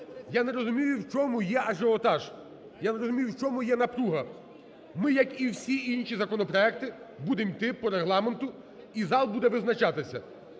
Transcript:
Я не розумію, в чому є ажіотаж. Я не розумію, в чому є напруга. Ми як і всі інші законопроекти будемо йти по Регламенту, і зал буде визначатися.